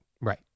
Right